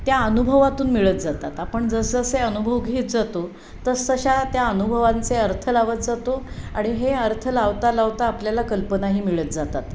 त्या अनुभवातून मिळत जातात आपण जसजसे अनुभव घेत जातो तस तशा त्या अनुभवांचे अर्थ लावत जातो आणि हे अर्थ लावता लावता आपल्याला कल्पनाही मिळत जातात